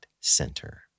Center